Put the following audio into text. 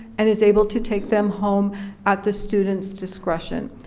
and is able to take them home at the student's discretion.